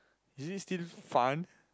is it still fun